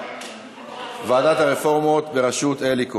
לוועדת הרפורמות בראשות אלי כהן.